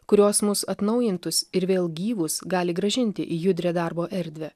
kurios mus atnaujintus ir vėl gyvus gali grąžinti į judrią darbo erdvę